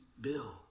Bill